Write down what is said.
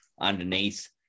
underneath